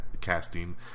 Casting